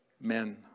men